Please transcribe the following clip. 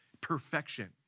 perfection